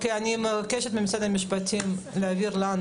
אני מבקשת ממשרד המשפטים להעביר לנו